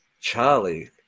Charlie